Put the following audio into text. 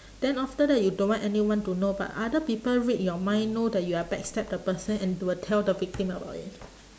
then after that you don't want anyone to know but other people read your mind know that you are back stab the person and will tell the victim about it